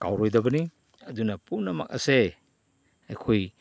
ꯀꯥꯎꯔꯣꯏꯗꯕꯅꯤ ꯑꯗꯨꯅ ꯄꯨꯝꯅꯃꯛ ꯑꯁꯦ ꯑꯩꯈꯣꯏ